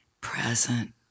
present